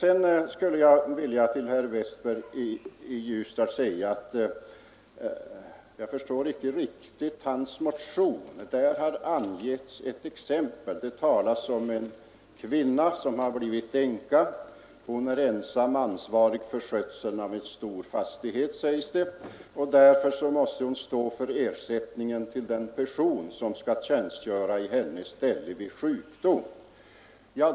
Sedan skulle jag vilja säga till herr Westberg i Ljusdal att jag inte riktigt förstår det exempel som har getts i hans motion. Det talas om en kvinna som blivit ensam. Hon är ensam ansvarig för skötsel av en stor fastighet och måste därför stå för ersättningen till den person som skall tjänstgöra i hennes ställe vid sjukdom.